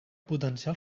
potenciar